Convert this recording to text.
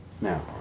now